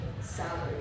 salary